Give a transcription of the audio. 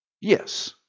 Yes